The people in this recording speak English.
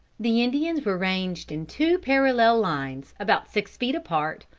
the indians were ranged in two parallel lines, about six feet apart,